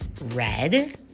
red